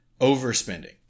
overspending